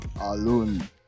alone